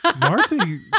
Marcy